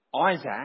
Isaac